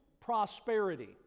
prosperity